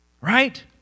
Right